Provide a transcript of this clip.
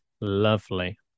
lovely